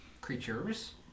Creatures